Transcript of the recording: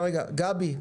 גבי,